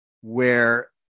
where-